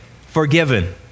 forgiven